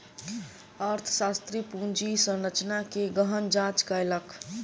अर्थशास्त्री पूंजी संरचना के गहन जांच कयलक